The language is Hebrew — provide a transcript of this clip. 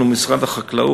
אנחנו, משרד החקלאות